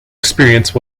experience